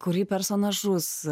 kurį personažus